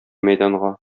мәйданга